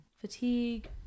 fatigue